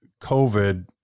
COVID